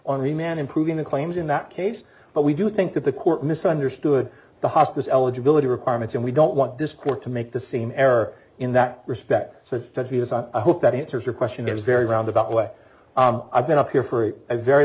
on the man improving the claims in that case but we do think that the court misunderstood the hospice eligibility requirements and we don't want this court to make the same error in that respect so that he has i hope that answers your question there's very roundabout way i've been up here for a very